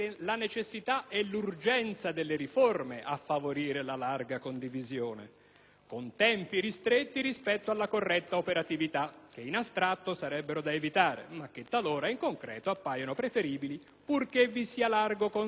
con tempi ristretti rispetto alla corretta operatività, che in astratto sarebbero da evitare, ma che talora in concreto appaiono preferibili, purché vi sia largo consenso, ad uno *status quo* negativo»; ed infatti il largo consenso lo avete tranquillamente trovato.